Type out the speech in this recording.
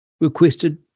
requested